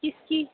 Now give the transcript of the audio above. किसकी